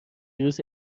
ویروس